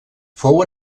fou